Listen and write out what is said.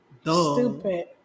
Stupid